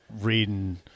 Reading